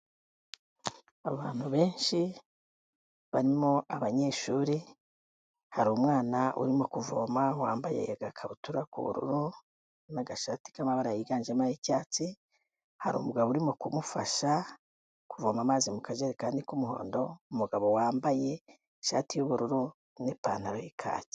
Abantu benshi barimo abanyeshuri, hari umwana urimo kuvoma wambaye agakabutura k'ubururu n'agashati k'amabara yiganjemo ayi cyatsi, hari umugabo urimo kumufasha kuvoma amazi mu kajarekani k'umuhondo. Umugabo wambaye ishati y'ubururu n'ipantaro ikaki.